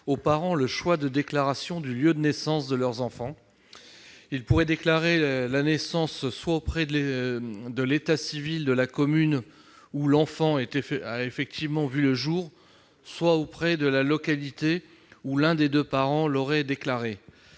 aux parents le choix de déclaration du lieu de naissance de leur enfant. Ceux-ci pourraient déclarer la naissance soit auprès de l'état civil de la commune où l'enfant a effectivement vu le jour, soit auprès de celui de la localité de leur